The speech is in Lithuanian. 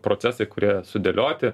procesai kurie sudėlioti